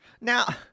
Now